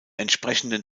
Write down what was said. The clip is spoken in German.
entsprechenden